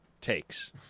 takes